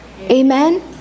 Amen